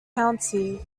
county